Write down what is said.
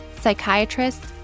psychiatrists